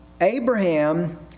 Abraham